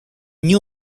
new